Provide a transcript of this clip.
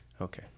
Okay